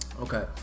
Okay